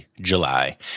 July